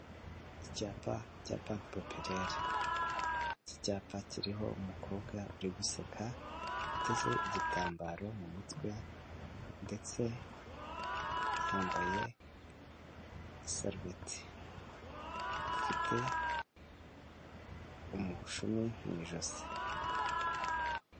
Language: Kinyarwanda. Icyapa cya bank popuraire, iki icyapa kiriho umukobwa uri guseka, uteze igitambaro mu mutwe ndetse yambaye isarubeti, ifite umushumi mu ijosi.